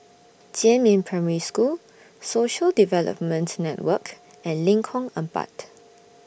Jiemin Primary School Social Development Network and Lengkong Empat